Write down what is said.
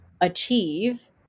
achieve